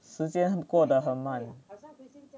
时间过得很慢